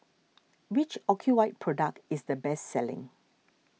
which Ocuvite product is the best selling